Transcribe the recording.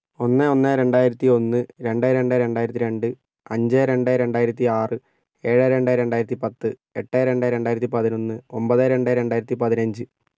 ഒന്ന് ഒന്ന് രണ്ടായിരത്തിയൊന്ന് രണ്ട് രണ്ട് രണ്ടായിരത്തി രണ്ട് അഞ്ച് രണ്ട് രണ്ടായിരത്തിയാറ് ഏഴ് രണ്ട് രണ്ടായിരത്തി പത്ത് എട്ട് രണ്ട് രണ്ടായിരത്തി പതിനൊന്ന് ഒൻപത് രണ്ട് രണ്ടായിരത്തി പതിനഞ്ച്